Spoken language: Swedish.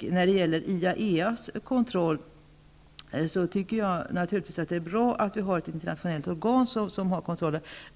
När det gäller IAEA:s kontroll tycker jag naturligtvis att det är bra att det är ett internationellt organ som har kontrollen.